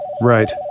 right